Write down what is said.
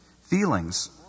Feelings